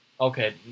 Okay